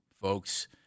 folks